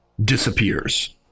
disappears